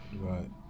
Right